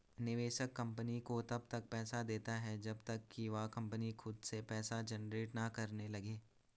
निवेशक कंपनी को तब तक पैसा देता है जब तक कि वह कंपनी खुद से पैसा जनरेट ना करने लगे